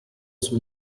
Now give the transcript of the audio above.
suo